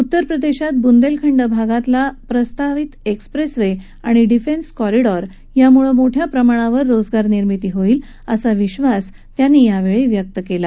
उत्तरप्रदधात बुंदलिखंड भागातला प्रस्तावित एक्सप्रस्त्रि आणि डिफन्स कॉरिडॉर यामुळ मोठ्या प्रमाणावर रोजगारनिर्मिती होईल असा विश्वास त्यांनी यावछी व्यक्त कला